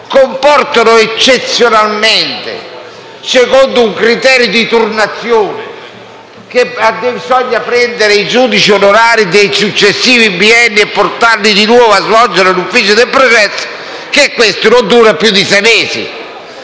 comportano eccezionalmente, secondo un criterio di turnazione, che si prendano i giudici onorari dei successivi bienni e si portino di nuovo a svolgere l'ufficio dei pregressi, almeno che questi non durino più di sei mesi.